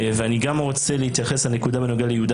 אני גם רוצה להתייחס לנקודה בנושא יהודה